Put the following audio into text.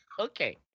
okay